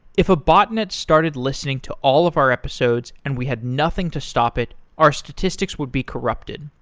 if a botnet started listening to all of our episodes and we had nothing to stop it, our statistics would be corrupted.